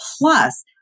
Plus